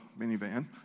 minivan